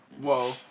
whoa